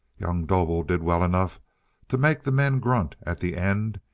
young dobel did well enough to make the men grunt at the end,